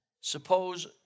Suppose